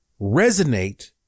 resonate